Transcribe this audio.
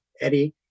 Eddie